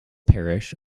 parish